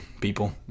people